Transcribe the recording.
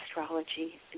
astrology